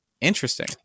Interesting